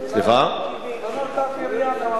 אבל לא נורתה אף ירייה מאז,